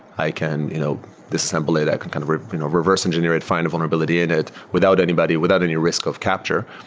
i can you know disassemble it. i can kind of you know reverse engineer it. find a vulnerability in it without anybody, without any risk of capture.